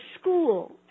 school